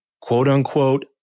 quote-unquote